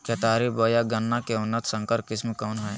केतारी बोया गन्ना के उन्नत संकर किस्म कौन है?